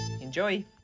Enjoy